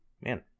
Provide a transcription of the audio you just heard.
man